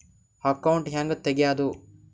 Account ಹ್ಯಾಂಗ ತೆಗ್ಯಾದು?